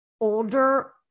older